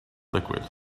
liquid